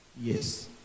Yes